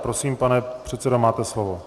Prosím, pane předsedo, máte slovo.